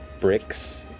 bricks